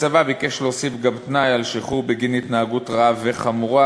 הצבא ביקש להוסיף גם תנאי על שחרור בגין התנהגות רעה וחמורה,